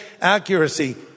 accuracy